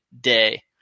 day